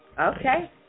Okay